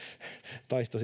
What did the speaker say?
taisto